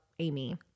Amy